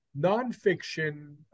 nonfiction